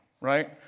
right